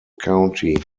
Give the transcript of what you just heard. county